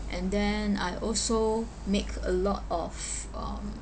and then I also make a lot of um